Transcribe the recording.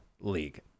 league